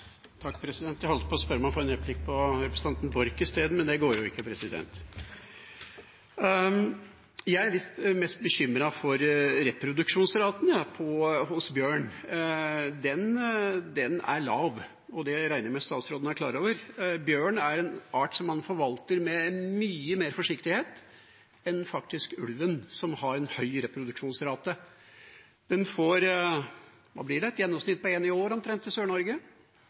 Borch i stedet, men det går jo ikke. Jeg er mest bekymret for reproduksjonsraten hos bjørn. Den er lav, og det regner jeg med statsråden er klar over. Bjørn er en art som man forvalter med mye mer forsiktighet enn ulv, som har en høy reproduksjonsrate. Ei voksen binne får i gjennomsnitt omtrent en unge i året i Sør-Norge – og unger hvert tredje år. Det jeg lurer lite grann på, er: Vi har sett eksempler på at binner med melk i